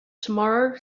tomorrow